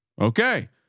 Okay